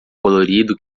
colorido